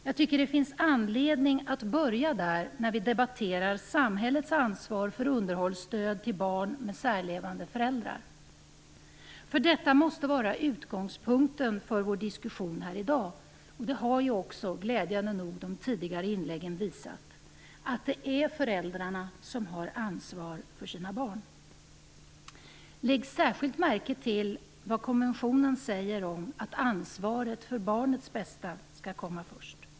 Jag tycker det finns anledning att börja där när vi debatterar samhällets ansvar för underhållsstöd till barn med särlevande föräldrar. Det måste vara utgångspunkten för vår diskussion här i dag - det har ju också glädjande nog de tidigare inläggen visat - att det är föräldrarna som har ansvar för sina barn. Lägg särskilt märke till vad konventionen säger om att ansvaret för barnets bästa skall komma först.